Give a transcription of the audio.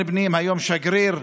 אדוני היושב-ראש,